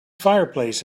fireplace